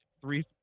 three